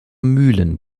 mühlen